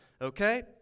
okay